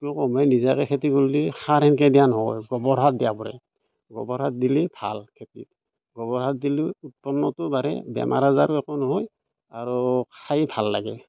কম হয় নিজাকৈ খেতি কৰিলে সাৰ এনেকৈ দিয়া নহয় গোবৰ সাৰ দিয়া পৰে গোবৰ সাৰ দিলে ভাল খেতিত গোবৰ সাৰ দিলে উৎপন্নটো বাঢ়ে বেমাৰ আজাৰো একো নহয় আৰু খাই ভাল লাগে